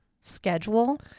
schedule